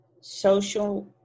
social